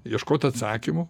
ieškot atsakymų